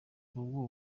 ubu